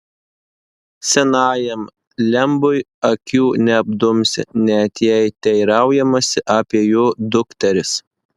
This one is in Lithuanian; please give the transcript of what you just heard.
senajam lembui akių neapdumsi net jei teiraujamasi apie jo dukteris